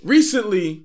Recently